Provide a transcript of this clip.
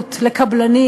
ובקלות לקבלנים,